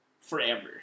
forever